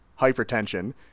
hypertension